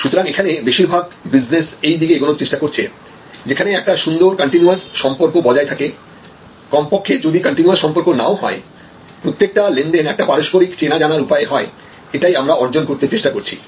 সুতরাং এখানে বেশিরভাগ বিজনেস এই দিকে এগোনোর চেষ্টা করছে যেখানে একটা সুন্দর কন্টিনুওস সম্পর্ক বজায় থাকে কমপক্ষে যদি কন্টিনুওস সম্পর্কও না হয় প্রত্যেকটা লেনদেন একটা পারস্পরিক চেনা জানার উপরে হয় এটাই আমরা অর্জন করতে চেষ্টা করছি